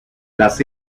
las